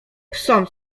psom